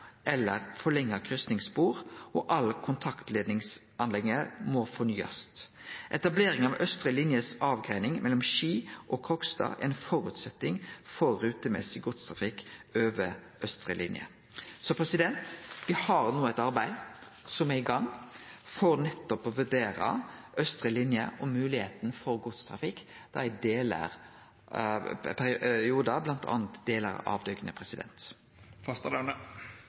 eller forlengde kryssingsspor, og heile kontaktleidningsanlegget må fornyast. Etablering av austre linje si avgreining mellom Ski og Kråkstad er ein føresetnad for rutemessig godstrafikk over austre linje. Så det er no eit arbeid i gang for å vurdere nettopp austre linje og moglegheita for godstrafikk i periodar, bl.a. i delar av